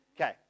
Okay